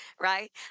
right